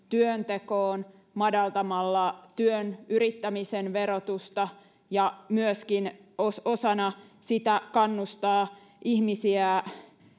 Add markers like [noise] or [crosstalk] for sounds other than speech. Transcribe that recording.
[unintelligible] työntekoon madaltamalla työn yrittämisen verotusta ja myöskin osana sitä kannustaa ihmisiä